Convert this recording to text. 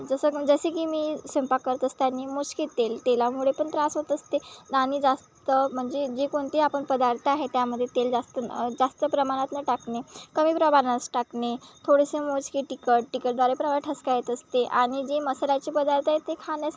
जसं जसे की मी स्वयंपाक करत असताना मोजके तेल तेलामुळे पण त्रास होत असते आणि जास्त म्हणजे जे कोणते आपण पदार्थ आहे त्यामध्ये तेल जास्त जास्त प्रमाणात नं टाकणे कमी प्रमाणात टाकणे थोडेसे मोजके तिखट तिखटद्वारे ठसका येत असते आणि जे मसाल्याचे पदार्थ आहे ते खाण्यास